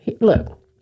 look